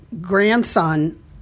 grandson